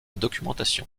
documentation